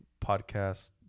Podcast